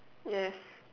yes